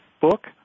book